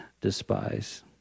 despise